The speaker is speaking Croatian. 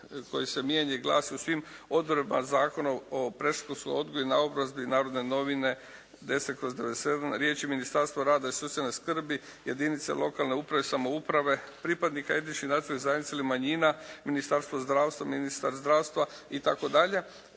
koji se mijenja i glasi, u svim odredbama Zakona o predškolskom odgoju i naobrazbi "Narodne novine" 10/97. riječi: "Ministarstva rada i socijalne skrbi, jedinice lokalne uprave i samouprave, pripadnika etničkih nacionalnih zajednica ili manjina, Ministarstvo zdravstva, ministar zdravstva", itd.